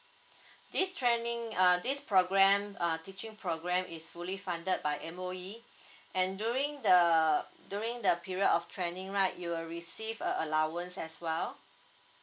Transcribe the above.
this training uh this program uh teaching program is fully funded by M_O_E and during the during the period of training right you will receive a allowance as well